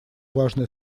важное